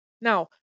Now